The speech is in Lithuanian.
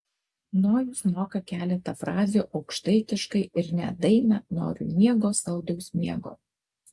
nojus moka keletą frazių aukštaitiškai ir net dainą noriu miego saldaus miego